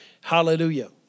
Hallelujah